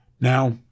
Now